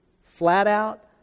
flat-out